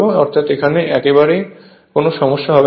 অর্থাৎ এখানে একেবারেই কোন সমস্যা হবে না